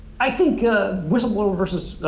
i think whistleblower vs.